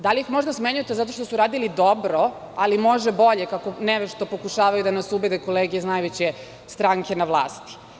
Da li ih možda smenjujete zato što su radili dobro, ali može bolje, kako nevešto pokušavaju da nas ubede kolege iz najveće stranke na vlasti.